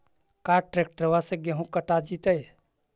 का ट्रैक्टर से गेहूं कटा जितै?